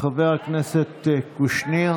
חבר הכנסת קושניר